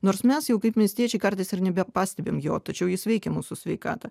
nors mes jau kaip miestiečiai kartais ir nebepastebim jo tačiau jis veikia mūsų sveikatą